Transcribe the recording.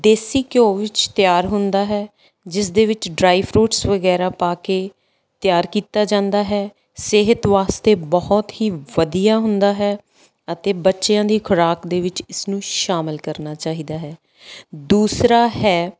ਦੇਸੀ ਘਿਓ ਵਿੱਚ ਤਿਆਰ ਹੁੰਦਾ ਹੈ ਜਿਸ ਦੇ ਵਿੱਚ ਡਰਾਈ ਫਰੂਟਸ ਵਗੈਰਾ ਪਾ ਕੇ ਤਿਆਰ ਕੀਤਾ ਜਾਂਦਾ ਹੈ ਸਿਹਤ ਵਾਸਤੇ ਬਹੁਤ ਹੀ ਵਧੀਆ ਹੁੰਦਾ ਹੈ ਅਤੇ ਬੱਚਿਆਂ ਦੀ ਖੁਰਾਕ ਦੇ ਵਿੱਚ ਇਸਨੂੰ ਸ਼ਾਮਿਲ ਕਰਨਾ ਚਾਹੀਦਾ ਹੈ ਦੂਸਰਾ ਹੈ